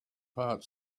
part